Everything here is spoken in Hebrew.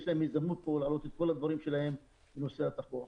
יש להם הזדמנות פה להעלות את כל הדברים שלהם בנושא התחבורה.